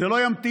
זה לא ימתין,